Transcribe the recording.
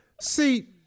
See